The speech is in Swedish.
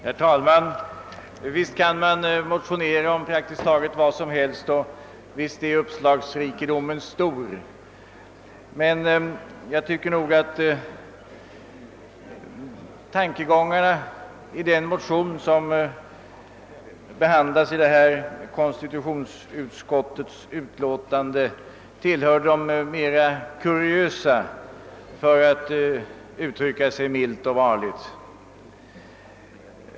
Herr talman! Visst kan man motionera om praktiskt taget vad som helst och visst är uppslagsrikedomen stor, men jag tycker ändå att tankegångarna i det motionspar som behandlas i konstitutionsutskottets förevarande = utlåtande tillhör de mer kuriösa — för att här uttrycka sig milt och varligt.